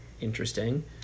interesting